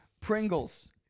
Pringles